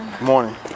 Morning